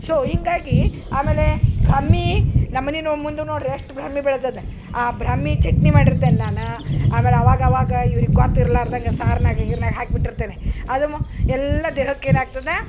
so ಹಿಂಗಾಗಿ ಆಮೇಲೆ ಭ್ರಮ್ಮೀ ನಮ್ಮನಿನೂ ಮುಂದು ನೋಡ್ರಿ ಎಷ್ಟು ಭ್ರಮ್ಮಿ ಬೆಳದದ ಆ ಭ್ರಮ್ಮಿ ಚಟ್ನಿ ಮಾಡಿರ್ತೇನೆ ನಾನು ಆಮೇಲೆ ಆವಾಗ ಆವಾಗ ಇವ್ರಿಗೆ ಗೊತ್ತಿರ್ಲಾರ್ದಂಗ ಸಾರ್ನಾಗ ಗೀರ್ನಾಗ ಹಾಕ್ಬಿಟ್ಟಿರ್ತೇನಿ ಅದು ಮ ಎಲ್ಲ ದೇಹಕ್ಕೆ ಏನಾಗ್ತದ